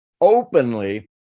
openly